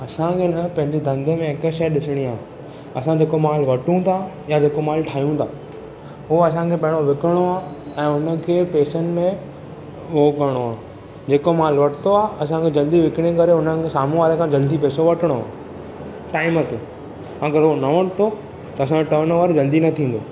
असां खे न पंहिंजो धंधे में हिक शइ ॾिसणी आ असां जेको माल वठूं था या जेको माल ठाहियूं ता उहो असां खे पहिरियों विकरिणो आहे ऐं उन खे पैसनि में उहो करणो आहे जेको माल वरितो आहे असां खे जल्दी विकणे करे हुननि खे साम्हू वारे खां जल्दी पैसो वठणो आहे टाइम ते अगरि हू न वरितो त हो असां जो टर्नओवर जल्दी न थींदो